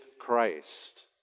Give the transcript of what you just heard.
Christ